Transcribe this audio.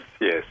yes